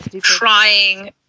trying